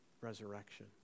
resurrection